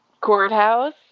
courthouse